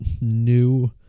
new